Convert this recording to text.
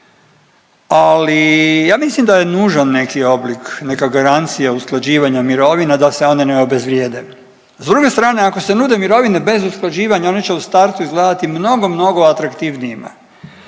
ali ja mislim da je nužan neki oblik, neka garancija usklađivanja mirovina da se one ne obezvrijede. S druge strane, ako se nude mirovine bez usklađivanja one će u startu izgledati mnogo, mnogo atraktivnijima.